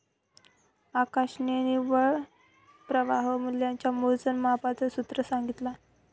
आकाशने निव्वळ प्रवाह मूल्याच्या मोजमापाच सूत्र सांगितला